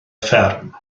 fferm